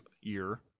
year